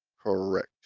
Correct